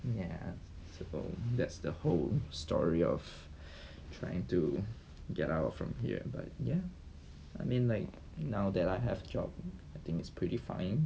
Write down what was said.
ya so that's the whole story of trying to get out from here but ya I mean like now that I have job I think it's pretty fine